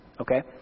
Okay